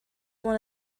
one